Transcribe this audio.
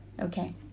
Okay